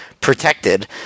protected